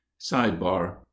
sidebar